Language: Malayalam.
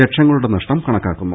ലക്ഷങ്ങളുടെ നഷ്ടം കണക്കാക്കുന്നു